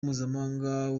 mpuzamahanga